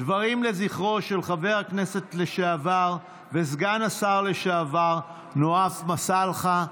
דברים לזכרו של חבר הכנסת לשעבר וסגן השר לשעבר נואף מסאלחה.